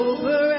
Over